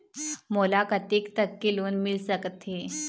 मोला कतेक तक के लोन मिल सकत हे?